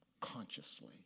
Consciously